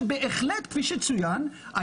שכפי שצוין,